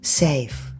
safe